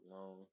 alone